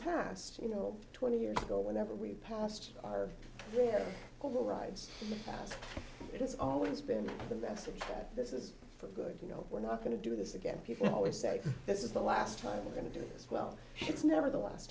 past you know twenty years ago whenever we passed our overrides it's always been the message that this is for good you know we're not going to do this again people always say this is the last time we're going to do this well it's never the last